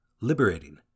liberating